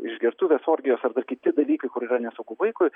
išgertuvės orgijos arba kiti dalykai kur yra nesaugu vaikui